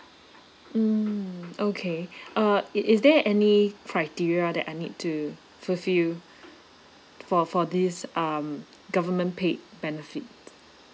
mm okay uh is is there any criteria that I need to fulfill for for this um government paid benefits